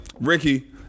Ricky